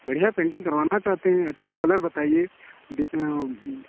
बढ़िया पेंटिंग करवाना चाहते हैं अच्छा कलर बताइए